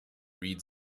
reads